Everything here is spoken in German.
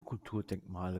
kulturdenkmale